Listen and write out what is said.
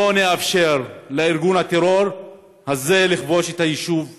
לא נאפשר לארגון הטרור הזה לכבוש את היישוב חד'ר.